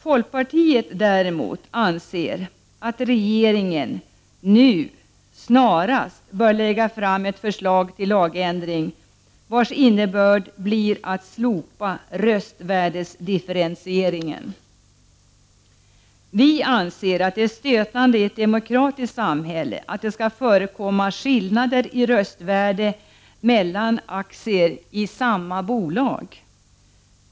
Folkpartiet däremot anser att regeringen nu snarast bör lägga fram ett förslag till lagändring vars innebörd blir att slopa röstvärdesdifferentieringen. Vi anser att det är stötande i ett demokratiskt samhälle att det skall förekomma skillnader i röstvärde mellan aktier i samma bolag.